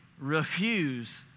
refuse